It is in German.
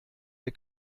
wir